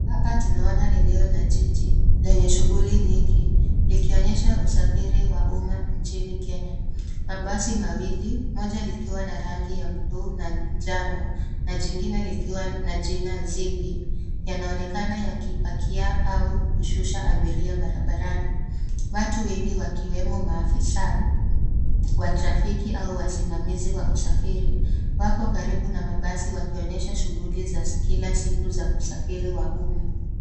Hapa tunaona eneo la jiji lenye shughuli nyingi likionyesha usafiri wa umma nchini Kenya. Mabasi mawili, moja likiwa na rangi ya buluu na njano na jingine likiwa na jina Ziggy yanaonekana yakipakia au kushusha abiria barabarani. Watu wengi wakiwemo afisa wa trafiki au wasimamizi wa usafiri wako karibu na mabasi wakionyesha shughuli za kila siku za usafiri wa umma.